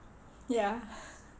ya